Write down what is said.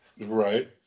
right